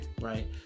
Right